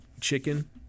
chicken